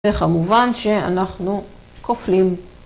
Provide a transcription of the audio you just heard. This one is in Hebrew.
וכמובן שאנחנו כופלים.